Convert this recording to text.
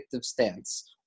stance